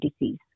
disease